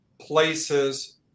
places